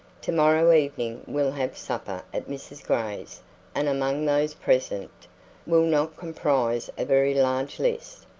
to-morrow evening we'll have supper at mrs. gray's and among those present will not comprise a very large list,